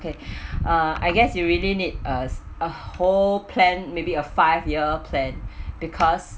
okay uh I guess you really need uh a whole plan maybe a five year plan because